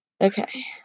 okay